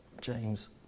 James